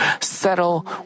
settle